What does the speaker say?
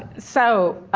so,